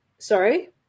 Sorry